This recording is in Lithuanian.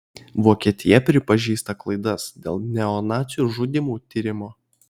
vokietija pripažįsta klaidas dėl neonacių žudymų tyrimo